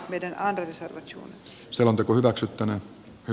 niiden ainekset selonteko hyväksyttämään hän